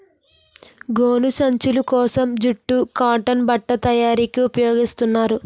గోను సంచులు కోసం జూటు కాటన్ బట్ట తయారీకి ఉపయోగిస్తారు